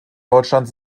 deutschland